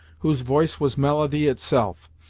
whose voice was melody itself,